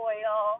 Oil